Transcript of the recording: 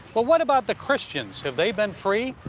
but what about the christians, have they been free?